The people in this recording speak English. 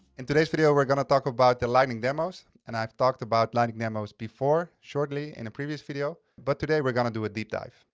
in today's video we're gonna talk about the lightning demos. and i've talked about lightning demos before shortly in a previous video but today we're gonna do a deep dive.